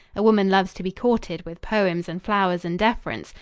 a woman loves to be courted with poems and flowers and deference,